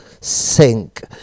sink